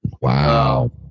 wow